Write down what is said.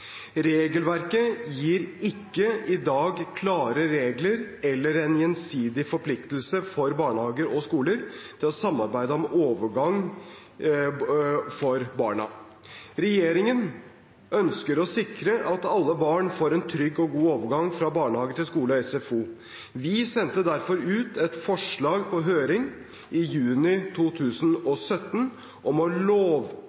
Regelverket gir ikke i dag klare regler eller en gjensidig forpliktelse for barnehager og skoler til å samarbeide om barnas overgang. Regjeringen ønsker å sikre at alle barn får en trygg og god overgang fra barnehage til skole og SFO. Vi sendte derfor ut et forslag på høring i juni